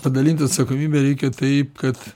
padalinti atsakomybę reikia taip kad